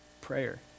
prayer